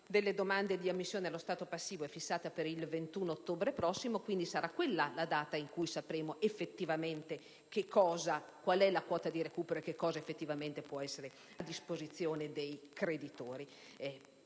delle domande di ammissione allo stato passivo è fissata per il 21 ottobre prossimo? Sarà quella la data in cui sapremo effettivamente quale è la quota di recupero e che cosa effettivamente può essere a disposizione dei creditori.